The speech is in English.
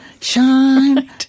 shine